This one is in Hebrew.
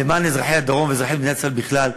למען אזרחי הדרום ואזרחי מדינת ישראל בכלל,